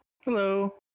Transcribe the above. Hello